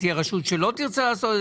תהיה רשות שלא תרצה לעשות את זה.